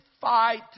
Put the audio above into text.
fight